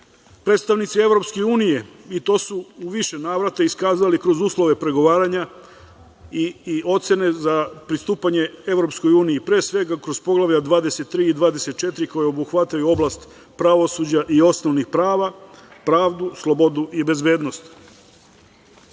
predstavnici EU, i to su u više navrata iskazali kroz uslove pregovaranja i ocene za pristupanje EU, pre svega, kroz Poglavlja 23. i 24. koje obuhvataju oblast pravosuđa i osnovnih prava, pravdu, slobodu i bezbednost. Još